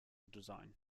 design